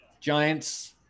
giants